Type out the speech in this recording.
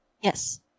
Yes